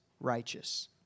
righteous